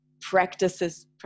practices